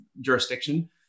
jurisdiction